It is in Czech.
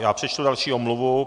Já přečtu další omluvu.